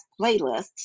playlists